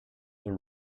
and